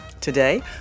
Today